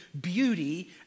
beauty